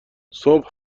صبح